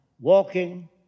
walking